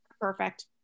perfect